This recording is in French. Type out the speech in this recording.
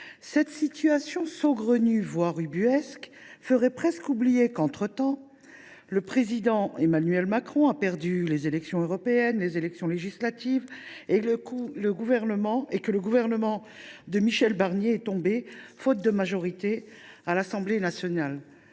Cette situation saugrenue, voire ubuesque, ferait presque oublier que, entre temps, le Président de la République Emmanuel Macron a perdu les élections européennes et les élections législatives, et que le gouvernement de Michel Barnier est tombé à défaut d’une majorité à l’Assemblée nationale.